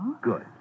Good